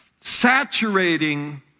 saturating